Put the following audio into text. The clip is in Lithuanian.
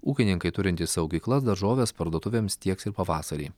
ūkininkai turintys saugyklas daržoves parduotuvėms tieks ir pavasarį